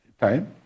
time